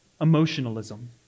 emotionalism